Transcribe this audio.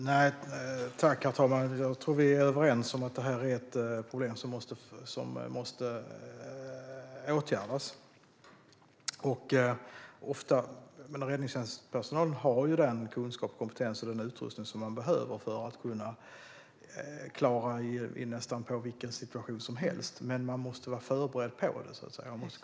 Herr talman! Jag tror att vi är överens om att detta är ett problem som måste åtgärdas. Räddningstjänstpersonalen har ofta den kunskap, kompetens och utrustning som behövs för att klara nästan vilken situation som helst, men de måste vara förberedda på den.